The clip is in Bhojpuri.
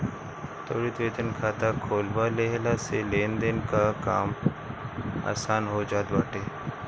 त्वरित वेतन खाता खोलवा लेहला से लेनदेन कअ काम आसान हो जात बाटे